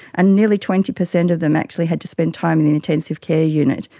and nearly twenty percent of them actually had to spend time in an intensive care unit.